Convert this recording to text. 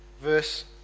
verse